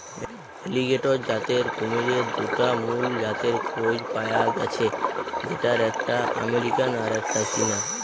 alligator জাতের কুমিরের দুটা মুল জাতের খোঁজ পায়া গ্যাছে যেটার একটা আমেরিকান আর একটা চীনা